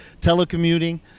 telecommuting